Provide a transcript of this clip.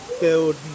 build